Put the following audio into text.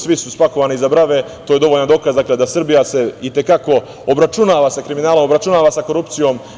Svi su spakovani iza brave, to je dovoljan dokaz da se Srbija i te kako obračunava sa kriminalom, i te kako se obračunava sa korupcijom.